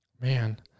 man